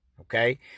Okay